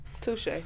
Touche